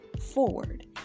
forward